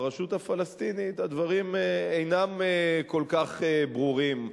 ברשות הפלסטינית הדברים אינם כל כך ברורים.